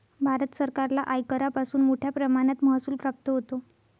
भारत सरकारला आयकरापासून मोठया प्रमाणात महसूल प्राप्त होतो